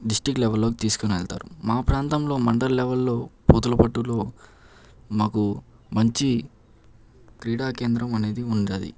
district level లోకి తీసుకుని వెళ్తారు మా ప్రాంతంలో మండల్ లెవెల్ లో పూతలపట్టులో మాకు మంచి క్రీడా కేంద్రం అనేది ఉన్నది